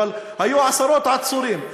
אבל היו עשרות עצורים.